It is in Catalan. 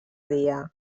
dia